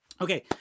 Okay